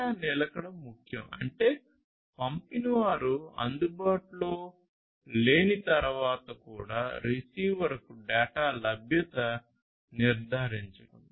data నిలకడ ముఖ్యం అంటే పంపినవారు అందుబాటులో లేన తర్వాత కూడా రిసీవర్కు డేటా లభ్యతను నిర్ధారించడం